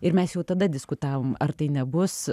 ir mes jau tada diskutavom ar tai nebus